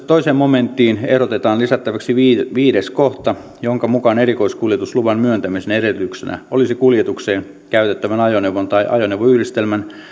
toiseen momenttiin ehdotetaan lisättäväksi viides viides kohta jonka mukaan erikoiskuljetusluvan myöntämisen edellytyksenä olisi kuljetukseen käytettävän ajoneuvon tai ajoneuvoyhdistelmän